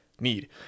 need